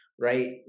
right